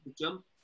jump